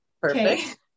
perfect